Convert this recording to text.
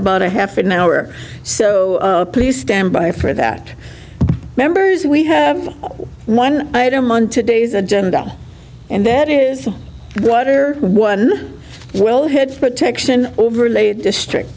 about a half an hour so please stand by for that members we have one item on today's agenda and that is what are one will head protection overlayed district